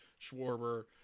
Schwarber